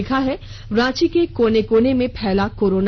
लिखा है रांची के कोने कोने में फैला कोरोना